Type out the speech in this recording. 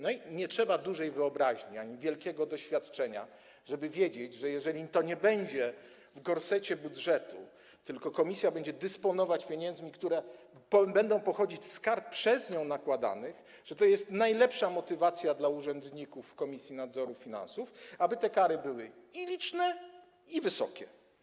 Nie trzeba dużej wyobraźni albo wielkiego doświadczenia, żeby wiedzieć, że jeżeli to nie będzie w gorsecie budżetu, tylko komisja będzie dysponować pieniędzmi, które będą pochodzić z kar przez nią nakładanych, to jest najlepsza motywacja dla urzędników Komisji Nadzoru Finansów, aby te kary były liczne i wysokie.